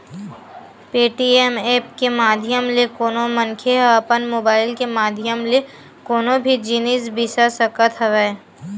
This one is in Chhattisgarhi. पेटीएम ऐप के माधियम ले कोनो मनखे ह अपन मुबाइल के माधियम ले कोनो भी जिनिस बिसा सकत हवय